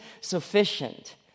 sufficient